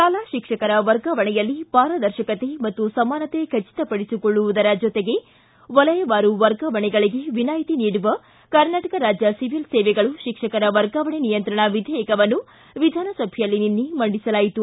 ಶಾಲಾ ಶಿಕ್ಷಕರ ವರ್ಗಾವಣೆಯಲ್ಲಿ ಪಾರದರ್ಶಕತೆ ಮತ್ತು ಸಮಾನತೆ ಖಚಿತಪಡಿಸಿಕೊಳ್ಳುವುದರ ಜೊತೆಗೆ ವಲಯವಾರು ವರ್ಗಾವಣೆಗಳಿಗೆ ವಿನಾಯಿತಿ ನೀಡುವ ಕರ್ನಾಟಕ ರಾಜ್ಯ ಸಿವಿಲ್ ಸೇವೆಗಳು ಶಿಕ್ಷಕರ ವರ್ಗಾವಣೆ ನಿಯಂತ್ರಣ ವಿಧೇಯಕವನ್ನು ವಿಧಾನಸಭೆಯಲ್ಲಿ ನಿನ್ನೆ ಮಂಡಿಸಲಾಯಿತು